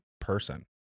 person